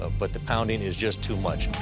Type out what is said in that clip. ah but the pounding is just too much.